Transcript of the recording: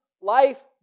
life